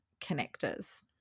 connectors